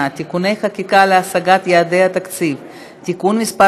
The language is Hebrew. (תיקוני חקיקה להשגת יעדי התקציב) (תיקון מס'